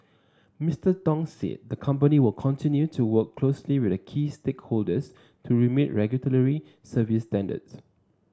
Mister Tong said the company will continue to work closely with key stakeholders to meet regulatory service standards